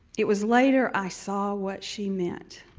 it was later i saw what she meant.